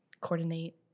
coordinate